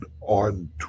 on